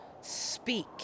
speak